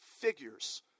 figures